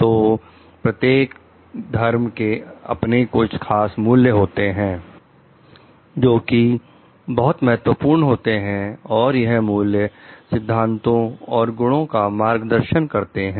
तो प्रत्येक धर्म के अपने कुछ खास मूल्य होते हैं जो कि बहुत महत्वपूर्ण होते हैं और यह मूल्य सिद्धांतों और गुणों का मार्गदर्शन करते हैं